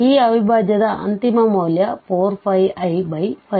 ಈ ಅವಿಭಾಜ್ಯದ ಅಂತಿಮ ಮೌಲ್ಯ 4πi5